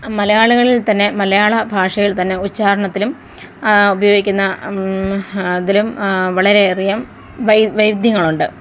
മലയാളികളില്ത്തന്നെ മലയാളഭാഷയില്ത്തന്നെ ഉച്ഛാരണത്തിലും ഉപയോഗിക്കുന്ന അതിനും വളരെയധികം വൈവിധ്യങ്ങളുണ്ട്